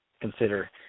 consider